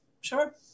sure